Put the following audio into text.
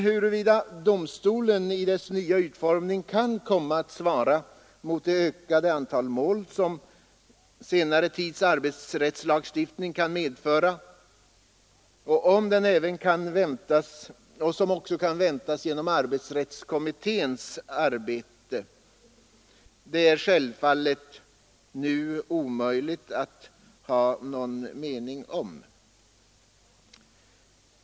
Huru vida domstolen i sin nya utformning kan komma att svara mot det ökade antalet mål som senare tids arbetsrättslagstiftning kan medföra och som även kan antas bli följden av arbetsrättskommitténs väntade förslag, är det omöjligt att nu ha någon uppfattning om.